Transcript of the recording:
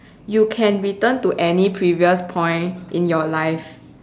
you can return to any previous point in your life